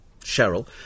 Cheryl